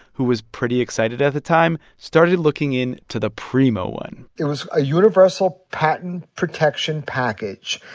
who was pretty excited at the time, started looking in to the primo one it was a universal patent protection package.